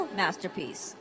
masterpiece